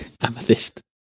Amethyst